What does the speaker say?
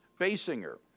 Basinger